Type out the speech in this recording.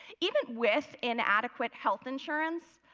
even with inadequate health insurance,